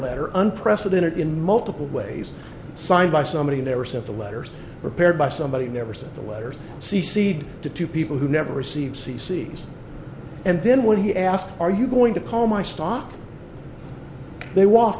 letter unprecedented in multiple ways signed by somebody never sent the letters prepared by somebody never sent the letters c seed to two people who never received c c s and then when he asked are you going to call my stock they wa